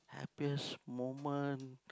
appears moment